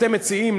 אתם מציעים,